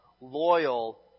loyal